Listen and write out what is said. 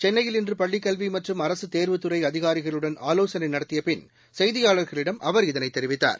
சென்னையில் இன்று பள்ளிக்கல்வி மற்றும் அரசு தேர்வுத்துறை அதிகாரிகளுடன் ஆலோசனை நடத்தியபின் செய்தியாளர்களிடம் அவர் இதனை தெரிவித்தார்